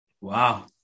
Wow